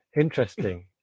interesting